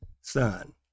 Son